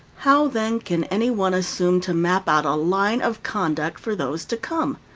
how, then, can any one assume to map out a line of conduct for those to come?